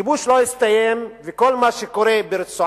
הכיבוש לא הסתיים, וכל מה שקורה ברצועת-עזה,